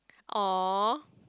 or